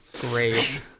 great